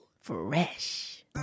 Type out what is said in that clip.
fresh